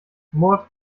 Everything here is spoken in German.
mord